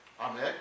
Amen